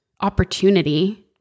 opportunity